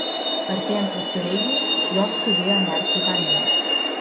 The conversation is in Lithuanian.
artėjant visureigiui jos skubėjo nerti į vandenį